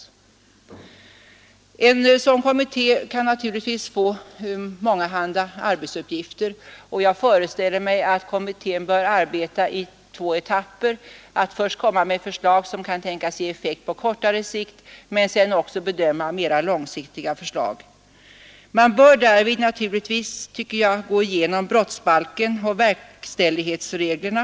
Denna kommitté kan naturligtvis få mångahanda arbetsuppgifter, och jag föreställer mig att kommittén bör arbeta i två etapper: att först lägga fram förslag som kan tänkas ge effekter på kortare sikt och att sedan Nr 126 arbeta fram mer långsiktiga förslag. Man bör därvid naturligtvis gå igenom brottsbalken och verkställighetsreglerna.